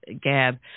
Gab